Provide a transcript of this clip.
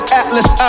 atlas